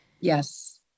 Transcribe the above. Yes